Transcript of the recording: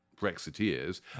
Brexiteers